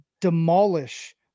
demolish